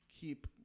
keep